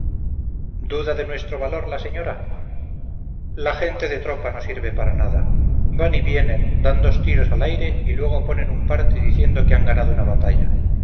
duda de nuestro valor la señora la gente de tropa no sirve para nada van y vienen dan dos tiros al aire y luego ponen un parte diciendo que han ganado una batalla